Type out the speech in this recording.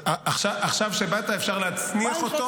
עכשיו שבאת אפשר להצניח אותו?